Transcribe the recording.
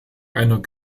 einer